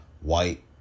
white